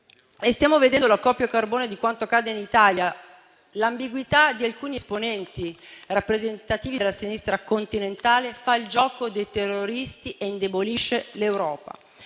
Stiamo vedendo la copia carbone di quanto accade in Italia: l'ambiguità di alcuni esponenti rappresentativi della sinistra continentale fa il gioco dei terroristi e indebolisce l'Europa.